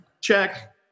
check